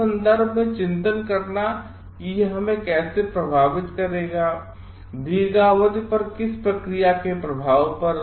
इस संदर्भ मेंचिंतन करना हैकि यहहमेंकैसे प्रभावित करेगा औरदीर्घावधि पर किसी क्रिया के प्रभाव पर